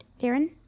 Darren